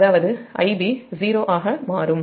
அதாவது Ib0 ஆக மாறும்